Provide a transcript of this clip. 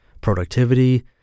productivity